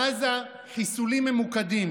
בעזה, חיסולים ממוקדים,